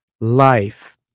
life